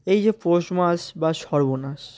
এই যে পৌষ মাস বা সর্বনাশ